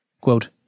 Quote